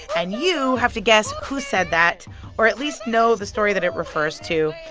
and you have to guess who said that or at least know the story that it refers to.